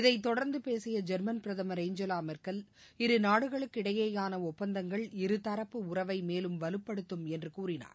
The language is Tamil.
இதை தொடர்ந்து பேசிய ஜெர்மன் பிரதமர் ஏஞ்சலா மெர்க்கல் இரு நாடுகளுக்கிடையிலான ஒப்பந்தங்கள் இருதரப்பு உறவை மேலும் வலுப்படுத்தும் என்று கூறினார்